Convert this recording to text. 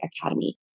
Academy